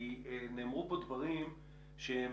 כי נאמרו פה דברים שהם